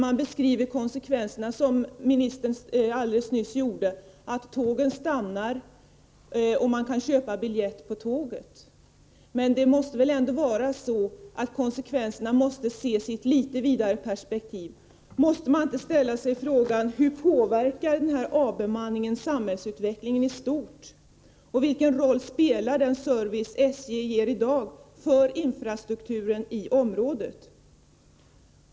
Man beskriver konsekvenserna såsom ministern alldeles nyss gjorde — att tågen stannar och människor kan köpa biljetter på tåget. Men konsekvenserna måste väl ändå ses i ett litet vidare perspektiv. Måste man inte ställa några frågor: Hur påverkar den här avbemanningen samhällsutvecklingen i stort? Vilken roll spelar den service SJ ger i dag för infrastrukturen i området?